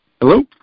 Hello